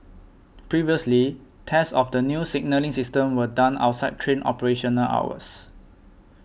previously tests of the new signalling system were done outside train operational hours